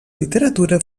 literatura